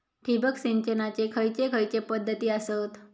ठिबक सिंचनाचे खैयचे खैयचे पध्दती आसत?